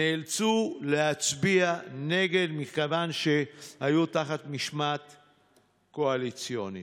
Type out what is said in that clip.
נאלצו להצביע נגד מכיוון שהיו תחת משמעת קואליציונית.